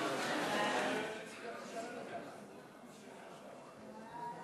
אדוני היושב-ראש, חברי חברי